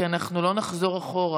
כי אנחנו לא נחזור אחורה.